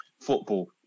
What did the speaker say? football